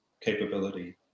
capability